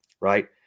right